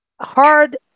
hard